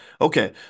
Okay